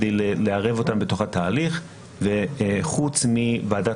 כדי לערב אותם בתוך התהליך וחוץ מוועדת